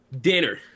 Dinner